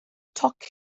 toc